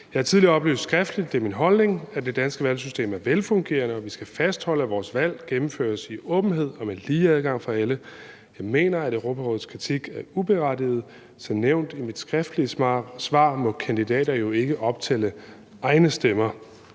Jeg har tidligere oplyst skriftligt, at det er min holdning, at det danske valgsystem er velfungerende, og at vi skal fastholde, at vores valg gennemføres i åbenhed og med lige adgang for alle. Jeg mener, at Europarådets kritik er uberettiget. Som nævnt i mit skriftlige svar må kandidater jo ikke optælle egne stemmer.